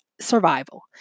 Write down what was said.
survival